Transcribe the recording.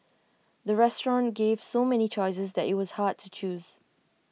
the restaurant gave so many choices that IT was hard to choose